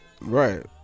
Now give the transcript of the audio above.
Right